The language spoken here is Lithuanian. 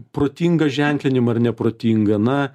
protingą ženklinimą ir neprotingą na